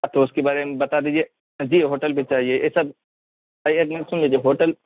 تو اس کے بارے میں بتا دیجیے جی ہوٹل بھی چاہیے یہ سب ایک منٹ سن لیجیے ہوٹل